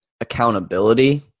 accountability